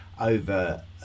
over